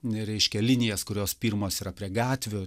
reiškia linijas kurios pirmos yra prie gatvių